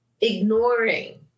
ignoring